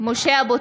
סמי אבו